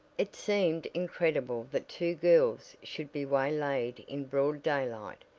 it seemed incredible that two girls should be way-laid in broad daylight,